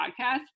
podcast